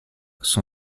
son